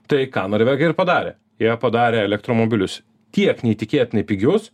tai ką norvegai ir padarė jie padarė elektromobilius tiek neįtikėtinai pigius